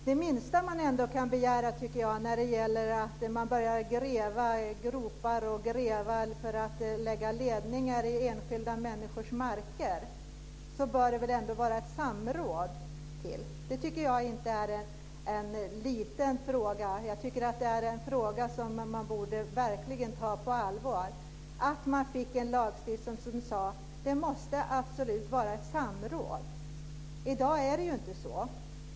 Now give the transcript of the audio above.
Fru talman! Det minsta man kan begära när någon börjar gräva gropar i enskilda människors marker för att lägga ned ledningar är väl att det bör finnas ett samråd. Det tycker jag inte är någon liten fråga - jag tycker att det är en fråga som man verkligen borde ta på allvar. Vi borde få en lagstiftning som säger att det absolut måste vara ett samråd. I dag är det inte så.